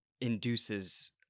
induces